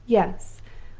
yes!